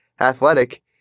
athletic